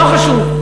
לא חשוב.